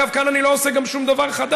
אגב, כאן אני לא עושה גם שום דבר חדש.